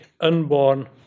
unborn